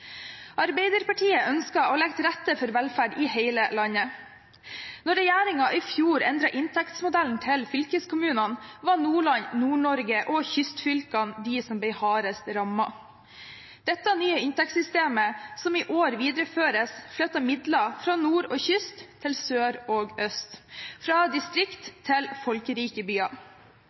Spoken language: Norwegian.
Arbeiderpartiet ønsker å legge til rette for velferd i hele landet. Da regjeringen i fjor endret inntektsmodellen til fylkeskommunene, var Nordland, Nord-Norge og kystfylkene de som ble hardest rammet. Dette nye inntektssystemet som i år videreføres, flytter midler fra nord og kyst til sør og øst – fra distrikt til folkerike byer.